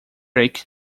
drake